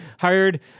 hired